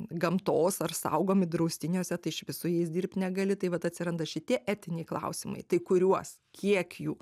gamtos ar saugomi draustiniuose tai iš vis su jais dirbt negali tai vat atsiranda šitie etiniai klausimai tai kuriuos kiek jų